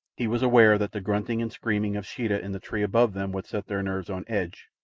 he was aware that the grunting and screaming of sheeta in the tree above them would set their nerves on edge,